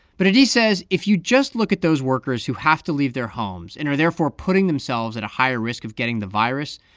but adie says if you just look at those workers who have to leave their homes and are therefore putting themselves at a higher risk of getting the virus,